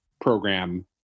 program